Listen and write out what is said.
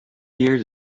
years